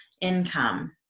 income